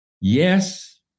yes